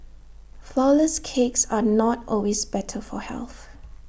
Flourless Cakes are not always better for health